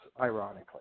ironically